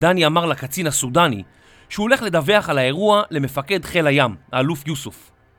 דני אמר לקצין הסודני שהוא הולך לדווח על האירוע למפקד חיל הים, האלוף יוסוף